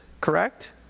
correct